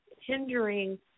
hindering